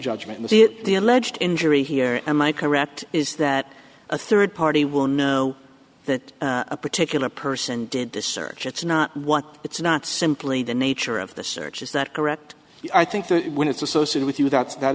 judgment that is the alleged injury here am i correct is that a third party will know that a particular person did this search it's not one it's not simply the nature of the search is that correct i think that when it's associated with you that that